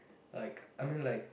like I mean like